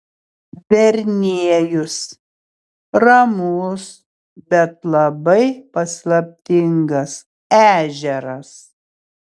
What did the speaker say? verniejus ramus bet labai paslaptingas ežeras